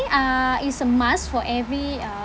uh it's a must for every uh